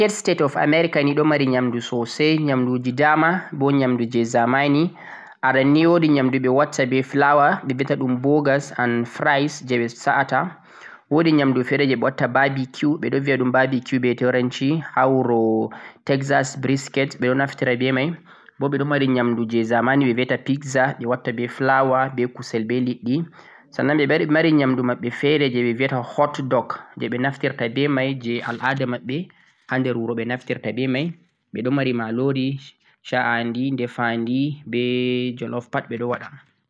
United States of America ni ɗo mari nyamdu sosai, nyamdu ji dama bo nyamdu je zamani, aran ni wo'di nyamdu ɓe watta be flour ɓe ɗo viyata ɗum burgers and frieds je ɓe sa'a ta, wo'di nyamdu fe're je ɓe watta barbecue, ɓe ɗon viyata ɗum barbecue be turanci ha wuro Texas briscate ɓe ɗon naftira be mai bo ɓe ɗon mari nyamdu je zamani ɓe ɗo viyata pizza, ɓe watta be flour be kusel be liɗɗi. sannan ɓe ɗon mari nyamdu maɓɓe fe're je ɓe viyata hotdogs je ɓe naftirta be mai je al'ada maɓɓe ha nder wuro ɓe naftirta bemai, ɓeɗon mari malori, sha'andi, ndefandi, be jelouf pat ɓe ɗon waɗa.